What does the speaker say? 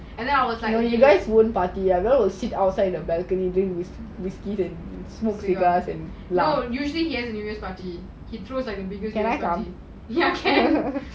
and then I was like usually gather new year party ya can